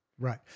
Right